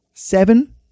Seven